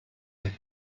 ein